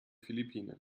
philippinen